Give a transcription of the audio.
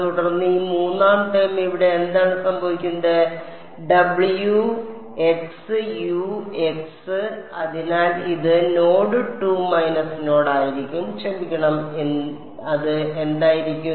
തുടർന്ന് ഈ മൂന്നാം ടേം ഇവിടെ എന്താണ് സംഭവിക്കുന്നത് w x u x അതിനാൽ ഇത് നോഡ് 2 മൈനസ് നോഡായിരിക്കും ക്ഷമിക്കണം അത് എന്തായിരിക്കും